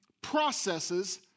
processes